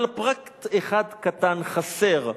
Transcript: אבל פרט אחד קטן חסר,